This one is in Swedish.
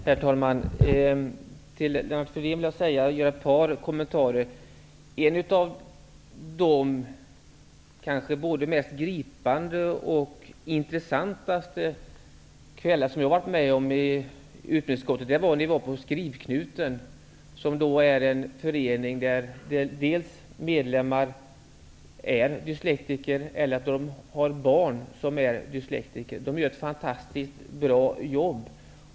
Herr talman! Jag vill göra ett par kommentarer med anledning av det Lennart Fridén sade. En av de kanske både mest gripande och mest intressanta kvällar som jag har varit med om i utbildningsutskottet var när vi var på Skrivknuten, som är en förening där medlemmarna dels är dyslektiker, dels har barn som är dyslektiker. De gör ett fantastiskt bra jobb.